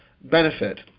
benefit